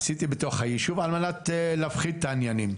עשיתי בתוך היישוב על מנת להפחית את העניינים,